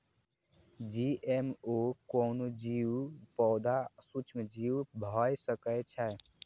GMO कोनो जीव, पौधा आ सूक्ष्मजीव भए सकै छै